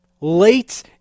late